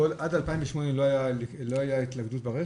עד 2008 לא הייתה הילכדות ברכב?